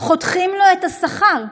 חותכים לו את השכר,